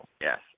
Yes